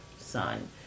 Son